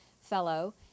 Fellow